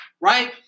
right